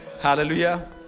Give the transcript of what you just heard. Hallelujah